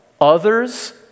others